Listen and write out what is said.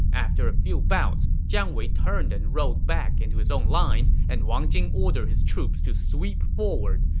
after a few bouts, jiang wei turned and rode back into his own lines, and wang jing ordered his troops to sweep forward.